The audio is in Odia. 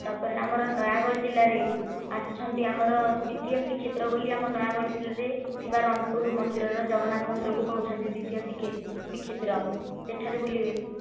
ତାପରେ ଆମର ନୟାଗଡ଼ ଜିଲ୍ଲାରେ ଆସୁଛନ୍ତି ଆମର ଦ୍ବିତୀୟ ଶ୍ରୀକ୍ଷେତ୍ର ବୋଲି ଆମ ନୟାଗଡ଼ ଜିଲ୍ଲାରେ ଥିବା ରଣପୁର ମନ୍ଦିରର ଜଗନ୍ନାଥ ମନ୍ଦିରକୁ କହୁଛନ୍ତି ଦ୍ଵିତୀୟ ଶ୍ରୀକ୍ଷେତ୍ର ସେହିଠାରେ ବୁଲିବେ